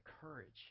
courage